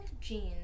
jeans